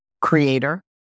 creator